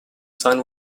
son